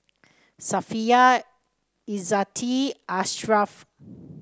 Safiya Izzati Ashraf